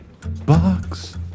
Box